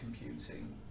computing